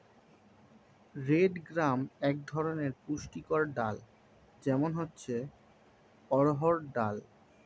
red gram এক ধরনের পুষ্টিকর ডাল, যেমন হচ্ছে অড়হর ডাল